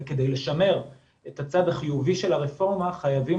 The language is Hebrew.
וכדי לשמר את הצד החיובי של הרפורמה חייבים